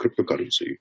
cryptocurrency